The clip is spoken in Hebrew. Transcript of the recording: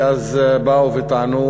ואז באו וטענו,